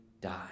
die